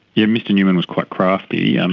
yeah mr newman was quite crafty. and